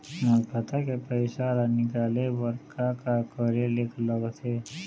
मोर खाता के पैसा ला निकाले बर का का करे ले लगथे?